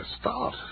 start